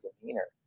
demeanor